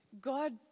God